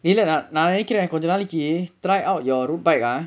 இல்லலா நா நெனக்குர கொஞ்ச நாளைக்கு:illalaa naa nenakkurae konja naalaiku try out your road bike ah